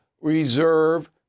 reserve